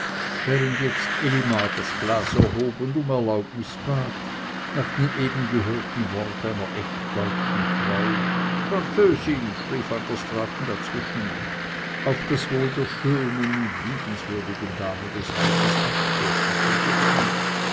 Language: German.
während jetzt elimar das glas erhob und um erlaubnis bat nach dem eben gehörten wort einer echt deutschen frau französin schrie van der straaten dazwischen auf das wohl der schönen und liebenswürdigen dame des hauses anstoßen zu dürfen